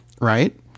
right